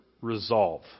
resolve